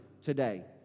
today